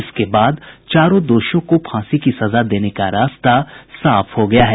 इसके बाद चारों दोषियों को फांसी की सजा देने का रास्ता साफ हो गया है